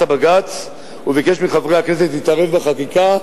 בג"ץ וביקש מחברי הכנסת להתערב בחקיקה,